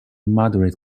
moderate